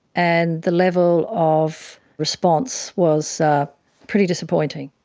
and the level of response was pretty disappointing.